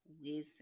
Wisdom